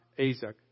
Isaac